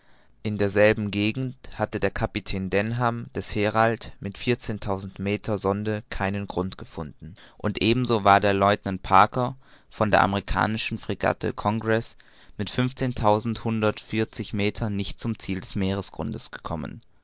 in derselben gegend hatte der kapitän denham des herald mit vierzehntausend meter sonde keinen grund gefunden und eben so war der lieutenant parcker von der amerikanischen fregatte congreß mit fünfzehntausendhundertundvierzig meter nicht zum ziel des meeresgrundes gekommen